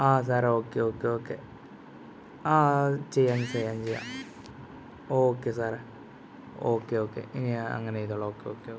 ആ സാറെ okay okay okay ആ അത് ചെയ്യാം ചെയ്യാം ചെയ്യാം ഓക്കെ സാറെ ഓക്കെ ഓക്കെ ഇനി ഞാൻ അങ്ങനെ ചെയ്തുകൊള്ളാം ഓക്കെ ഓക്കെ ഓക്കെ